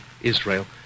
israel